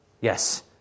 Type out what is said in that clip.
Yes